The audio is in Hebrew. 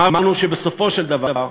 אמרנו שבסופו של דבר,